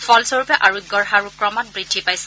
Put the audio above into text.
ফলস্বৰূপে আৰোগ্যৰ হাৰো ক্ৰমাৎ বুদ্ধি পাইছে